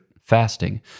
fasting